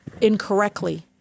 incorrectly